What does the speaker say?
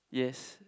yes